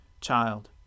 Child